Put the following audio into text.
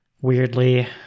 weirdly